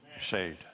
saved